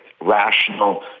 rational